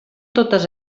totes